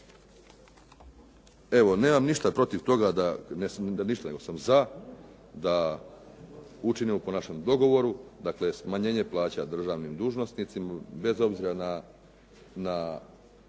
Evo, nemam ništa protiv toga da, ne samo da ništa nego sam za, da učinimo po našem dogovoru. Dakle, smanjenje plaća državnim dužnosnicima bez obzira na